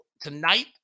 Tonight